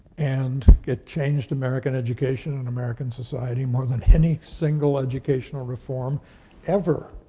and it changed american education in american society more than any single educational reform ever,